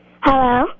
Hello